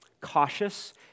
cautious